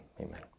amen